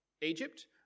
Egypt